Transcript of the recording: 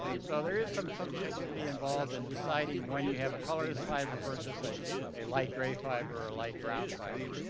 so there is some subjectivity involved in deciding when you have a colorless fiber versus a a light gray fiber or light brown fiber.